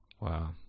wow